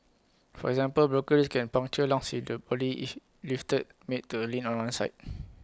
for example broken ribs can puncture lungs if the body is lifted made to lean on one side